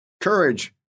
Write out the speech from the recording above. Courage